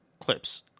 clips